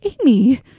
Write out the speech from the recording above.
amy